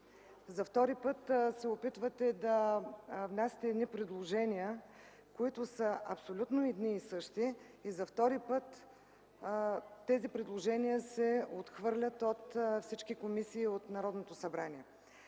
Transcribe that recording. За втори път се опитвате да внасяте предложения, които са абсолютно едни и същи, и за втори път тези предложения се отхвърлят от всички комисии в Народното събрание.